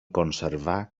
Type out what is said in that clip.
conservar